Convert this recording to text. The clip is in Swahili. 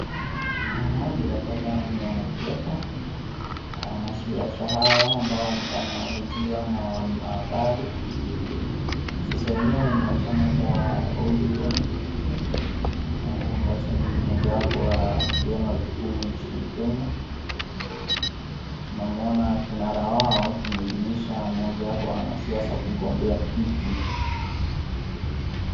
Hawa bila shaka ni wanasiasa na wanasiasa hawa ambao wanahojiwa na wanahabari, wanasiasa wenyewe ni wa chama cha (cs)ODM(cs) ambacho ni mojawapo ya vyama vikuu nchini Kenya, tunamwona kinara wao akimuidhinisha mmojawapo wa wanasiasa kugombea kiti.